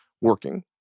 working